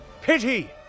Pity